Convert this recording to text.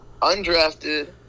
Undrafted